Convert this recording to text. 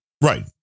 Right